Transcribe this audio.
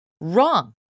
wrong